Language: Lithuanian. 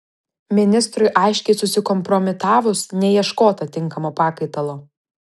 ministrui aiškiai susikompromitavus neieškota tinkamo pakaitalo